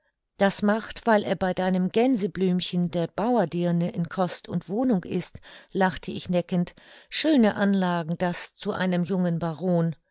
das macht weil er bei deinem gänseblümchen der bauerdirne in kost und wohnung ist lachte ich neckend schöne anlagen das zu einem jungen baron